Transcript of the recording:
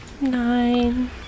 Nine